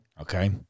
Okay